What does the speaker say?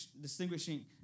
distinguishing